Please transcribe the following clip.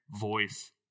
voice